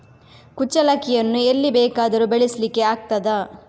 ಕುಚ್ಚಲಕ್ಕಿಯನ್ನು ಎಲ್ಲಿ ಬೇಕಾದರೂ ಬೆಳೆಸ್ಲಿಕ್ಕೆ ಆಗ್ತದ?